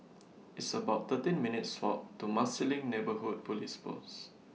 It's about thirteen minutes' Walk to Marsiling Neighbourhood Police Post